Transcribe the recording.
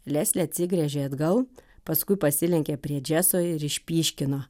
leslė atsigręžė atgal paskui pasilenkė prie džeso ir išpyškino